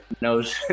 knows